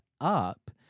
up